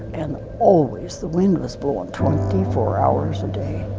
and always the wind was blowin' twenty four hours a day.